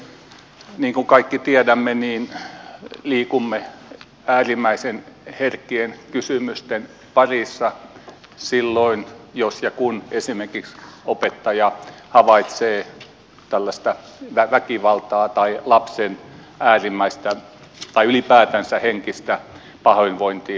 niin kuin kaikki tiedämme liikumme äärimmäisen herkkien kysymysten parissa silloin jos ja kun esimerkiksi opettaja havaitsee tällaista väkivaltaa tai lapsen äärimmäistä tai ylipäätänsä henkistä pahoinvointia